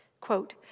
Quote